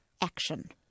action